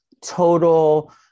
total